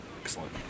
Excellent